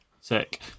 Sick